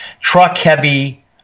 truck-heavy